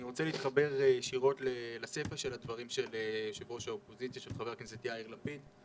אני רוצה להתחבר ישירות לסיפא של דבריו של חבר הכנסת יאיר לפיד,